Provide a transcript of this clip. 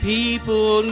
People